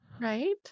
Right